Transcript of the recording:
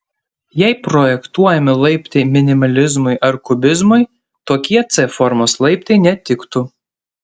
jei projektuojami laiptai minimalizmui ar kubizmui tokie c formos laiptai netiktų